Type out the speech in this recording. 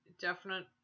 definite